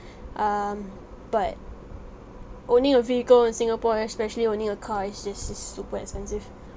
um but owning a vehicle in singapore especially owning a car is just is super expensive